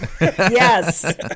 Yes